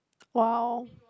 !wow!